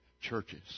churches